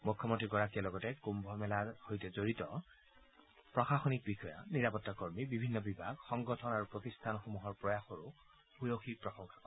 মুখ্যমন্ত্ৰীগৰাকীয়ে লগতে কুম্ভ মেলাত জড়িত প্ৰশাসনিক বিষয়া নিৰাপত্তা কৰ্মী বিভিন্ন বিভাগ সংগঠন আৰু প্ৰতিষ্ঠানসমূহৰ প্ৰয়াসকো প্ৰশংসা কৰে